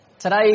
Today